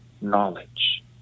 knowledge